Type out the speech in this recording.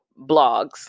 blogs